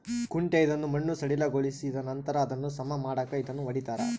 ಕುಂಟೆ ಇದನ್ನು ಮಣ್ಣು ಸಡಿಲಗೊಳಿಸಿದನಂತರ ಅದನ್ನು ಸಮ ಮಾಡಾಕ ಇದನ್ನು ಹೊಡಿತಾರ